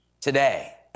today